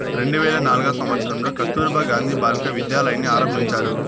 రెండు వేల నాల్గవ సంవచ్చరంలో కస్తుర్బా గాంధీ బాలికా విద్యాలయని ఆరంభించారు